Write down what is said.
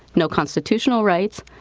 no constitutional rights,